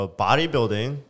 bodybuilding